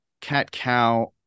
cat-cow